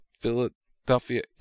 Philadelphia